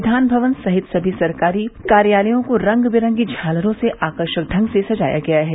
विधान भवन सहित सभी सरकारी कार्यालयों को रंग बिरंगी झालरों से आकर्षक ढंग से सजाया गया है